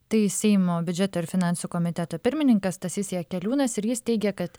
tai seimo biudžeto ir finansų komiteto pirmininkas stasys jakeliūnas ir jis teigia kad